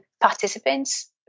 participants